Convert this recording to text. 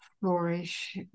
flourish